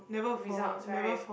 results right